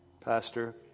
pastor